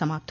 समाप्त